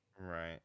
Right